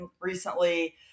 recently